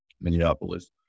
Minneapolis